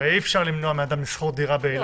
הרי אי-אפשר למנוע מאדם לשכור דירה באילת.